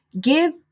give